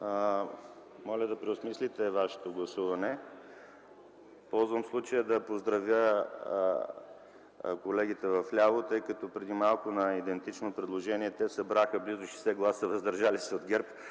Моля да преосмислите вашето гласуване. Използвам случая да поздравя колегите в ляво, тъй като преди малко на идентично предложение те събраха близо 60 гласа „въздържал се” от ГЕРБ.